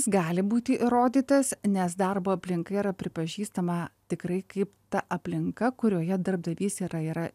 gali būti įrodytas nes darbo aplinka yra pripažįstama tikrai kaip ta aplinka kurioje darbdavys yra yra